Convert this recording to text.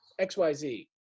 XYZ